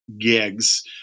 gigs